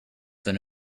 than